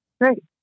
Great